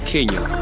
Kenya